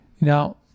now